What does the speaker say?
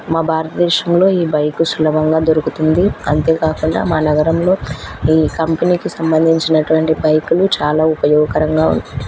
మా భారతదేశంలో ఈ బైకు సులభంగా దొరుకుతుంది అంతేకాకుండా మా నగరంలో ఈ కంపెనీకి సంబంధించినటువంటి బైకులు చాలా ఉపయోగకరంగా ఉ